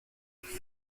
the